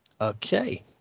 okay